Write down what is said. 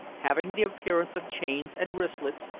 having the appearance of chains, and wristlets,